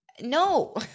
No